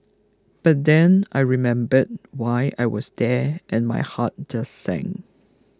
but then I remembered why I was there and my heart just sank